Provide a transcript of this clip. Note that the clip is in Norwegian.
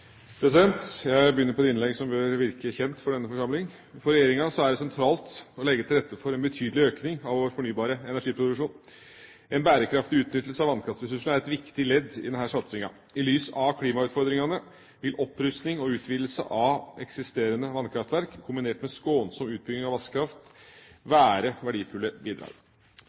det sentralt å legge til rette for en betydelig økning av vår fornybare energiproduksjon. En bærekraftig utnyttelse av vannkraftressursene er et viktig ledd i denne satsingen. I lys av klimautfordringene vil opprusting og utvidelse av eksisterende vannkraftverk kombinert med skånsom utbygging av vassdrag være verdifulle bidrag.